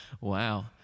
Wow